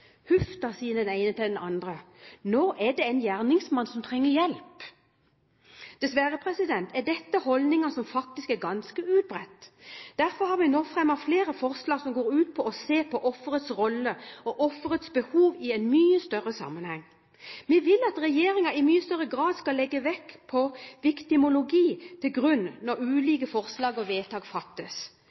sier den ene til den andre, nå er det en gjerningsmann som trenger hjelp! Dessverre er dette holdninger som faktisk er ganske utbredt. Derfor har vi nå fremmet flere forslag som går ut på å se på offerets rolle og offerets behov i en mye større sammenheng. Vi vil at regjeringen i mye større grad skal legge viktimologi til grunn når ulike forslag fremmes og vedtak fattes.